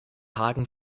hagen